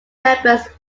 members